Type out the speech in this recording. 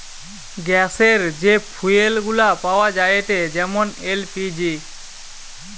গ্যাসের যে ফুয়েল গুলা পাওয়া যায়েটে যেমন এল.পি.জি